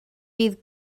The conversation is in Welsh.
bydd